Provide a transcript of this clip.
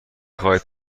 خواهید